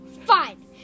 Fine